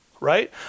right